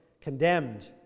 condemned